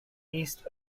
east